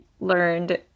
learned